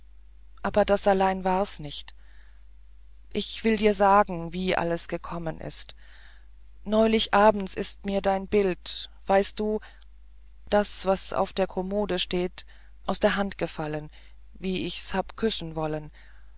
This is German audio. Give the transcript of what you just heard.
aber das allein war's nicht ich will dir sagen wie alles gekommen ist neulich abends ist mir dein bild weißt du das was auf der kommode steht aus der hand gefallen wie ich's hab küssen wollen